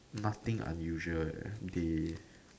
nothing unusual eh they